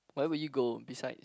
where will you go besides